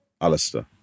Alistair